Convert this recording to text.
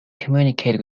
communicate